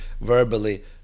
verbally